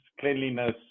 cleanliness